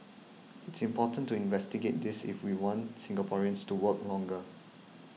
it's important to investigate this if we want Singaporeans to work longer